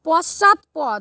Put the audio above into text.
পশ্চাৎপদ